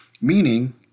Meaning